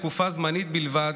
לתקופה זמנית בלבד,